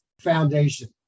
foundation